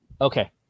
Okay